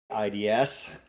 IDS